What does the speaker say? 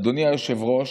אדוני היושב-ראש,